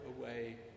away